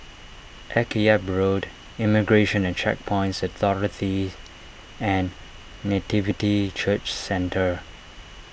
Akyab Road Immigration and Checkpoints Authority and Nativity Church Centre